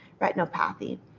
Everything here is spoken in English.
retinopathy